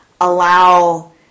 allow